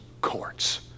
Courts